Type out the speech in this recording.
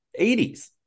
80s